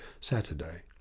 Saturday